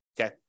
Okay